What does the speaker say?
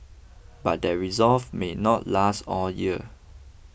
but that resolve may not last all year